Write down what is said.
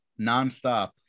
nonstop